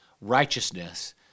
righteousness